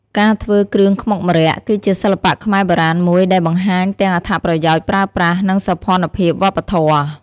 ការធ្វើគ្រឿងខ្មុកម្រ័ក្សណ៍ គឺជាសិល្បៈខ្មែរបុរាណមួយ ដែលបង្ហាញទាំងអត្ថប្រយោជន៍ប្រើប្រាស់ និងសោភ័ណភាពវប្បធម៌។